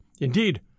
Indeed